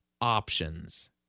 options